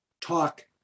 talk